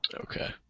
Okay